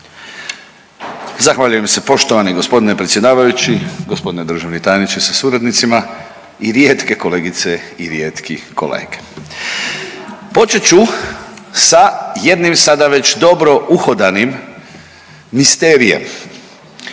Zahvaljujem se poštovani g. predsjedavajući, g. državni tajniče sa suradnicima i rijetke kolegice i rijetki kolege. Počet ću sa jednim sada već dobro uhodanim misterijem,